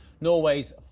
Norway's